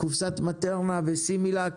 קופסת מטרנה וסימילאק,